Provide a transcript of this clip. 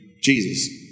Jesus